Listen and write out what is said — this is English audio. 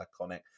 iconic